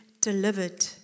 delivered